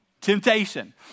Temptation